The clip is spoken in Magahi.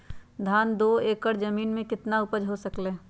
धान दो एकर जमीन में कितना उपज हो सकलेय ह?